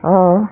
हं